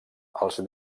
els